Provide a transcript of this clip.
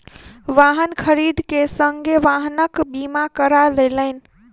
वाहन खरीद के संगे वाहनक बीमा करा लेलैन